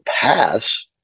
pass